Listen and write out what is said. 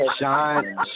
Shine